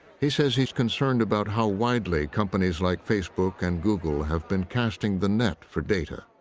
he says he's concerned about how widely companies like facebook and google have been casting the net for data.